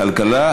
לכלכלה?